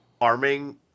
arming